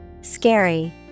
Scary